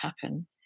happen